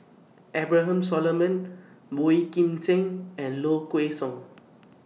Abraham Solomon Boey Kim Cheng and Low Kway Song